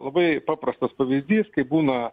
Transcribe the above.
labai paprastas pavyzdys kai būna